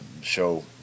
show